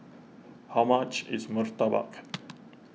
how much is Murtabak